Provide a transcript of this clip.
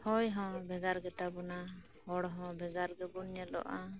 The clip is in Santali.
ᱦᱚᱭ ᱦᱚᱸ ᱵᱷᱮᱜᱟᱨ ᱜᱮᱛᱟ ᱵᱚᱱᱟ ᱦᱚᱲ ᱦᱚᱸ ᱵᱷᱮᱜᱟᱨ ᱜᱮᱵᱚᱱ ᱧᱮᱞᱚᱜᱼᱟ